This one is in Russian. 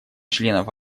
членов